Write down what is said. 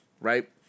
right